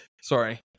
Sorry